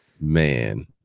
Man